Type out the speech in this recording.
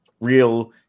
real